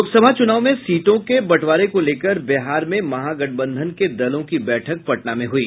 लोकसभा चूनाव में सीटों के बंटवारें को लेकर बिहार में महागठबंधन के दलों की बैठक पटना में हुई